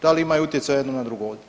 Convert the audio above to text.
Da li imaju utjecaja jedno na drugo?